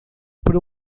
para